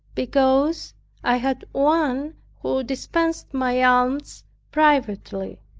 because i had one who dispensed my alms privately.